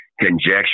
conjecture